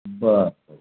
बरं ओके